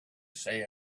say